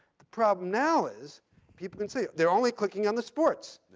the problem now is people can say, they're only clicking on the sports.